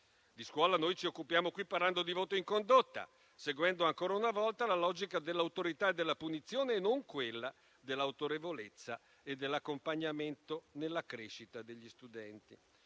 Ci occupiamo qui di scuola parlando di voto in condotta, seguendo ancora una volta la logica dell'autorità e della punizione e non quella dell'autorevolezza e dell'accompagnamento nella crescita degli studenti